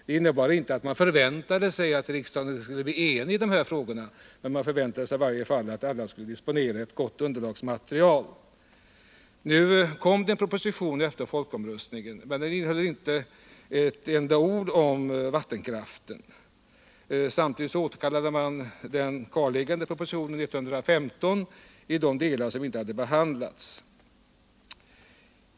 Det innebar inte att man förväntade sig att riksdagen skulle bli enig i de här frågorna, men man förväntade sig i varje fall att alla skulle kunna disponera ett gott underlagsmaterial. Efter folkomröstningen kom det en proposition, men den innehöll inte ett enda ord om vattenkraften. Samtidigt återkallades den kvarliggande propositionen 1979/80:115 i de delar som inte hade behandlats.